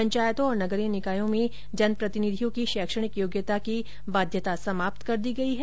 पंचायतों और नगरीय निकायों में जनप्रतिनिधियों की शैक्षणिक योग्यता की बाध्यता समाप्त कर दी गई है